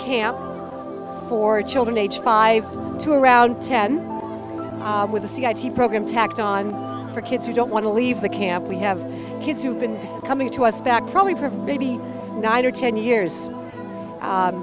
camp for children aged five to around ten with a c i t program tacked on for kids who don't want to leave the camp we have kids who've been coming to us back probably prefer maybe nine or ten years